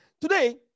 Today